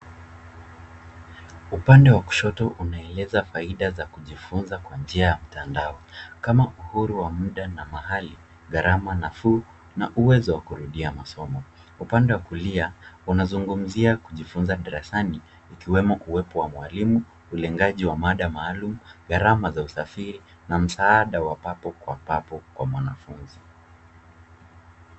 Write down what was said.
Upande wa kushoto unaeleza faida za kujifunza kwa njia ya mtandao kama uhuru wa muda na mahali, gharama nafuu na uwezo wa kurudia masomo. Upande wa kulia unazungumzia kujifunza darasani ikiwemo kuwepo wa mwalimu, ulengaji wa mada maalum, gharama za usafiri na msaada wa papo kwa papo kwa mwanafunzi.